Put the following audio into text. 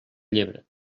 llebre